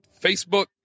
Facebook